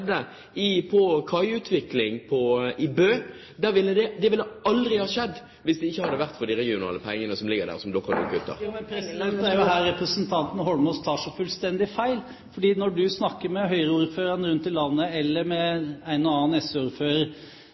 hvis det ikke hadde vært for de regionale pengene som ligger der, og som dere har kuttet. Det er jo her representanten Holmås tar så fullstendig feil, for når du snakker med Høyre-ordførerne rundt i landet eller med en og annen